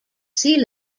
sea